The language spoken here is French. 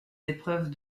épreuves